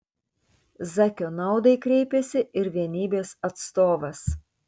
zakio naudai kreipėsi ir vienybės atstovas